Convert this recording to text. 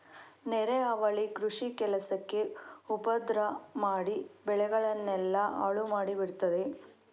ನೆರೆ ಹಾವಳಿ ಕೃಷಿ ಕೆಲಸಕ್ಕೆ ಉಪದ್ರ ಮಾಡಿ ಬೆಳೆಗಳನ್ನೆಲ್ಲ ಹಾಳು ಮಾಡಿ ಬಿಡ್ತದೆ